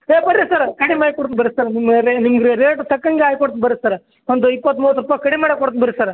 ಬನ್ರಿ ಸರ ಕಡಿಮೆ ಮಾಡಿ ಕೊಡ್ತಿನಿ ಬನ್ರಿ ಸರ್ ನಿಮ್ಗೆ ರೇಟ್ ತಕ್ಕಂಗೆ ಹಾಕಿ ಕೊಡ್ತೀನಿ ಬನ್ರಿ ಸರ್ರ ಒಂದು ಇಪ್ಪತ್ತು ಮೂವತ್ತು ರೂಪಾಯಿ ಕಡಿಮೆ ಮಾಡಿ ಕೊಡ್ತೀನಿ ಬನ್ರಿ ಸರ